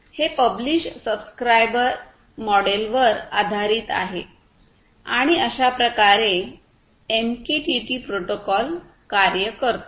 हे publish subscribe मॉडेलवर आधारित आहे आणि अशाप्रकारे एमकेटीटी प्रोटोकॉल कार्य करतो